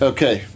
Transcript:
Okay